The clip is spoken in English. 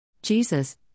Jesus